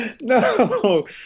no